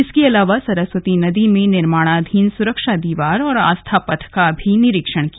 इसके अलावा सरस्वती नदी में निर्माणाधीन सुरक्षा दीवार और आस्था पथ का भी निरीक्षण किया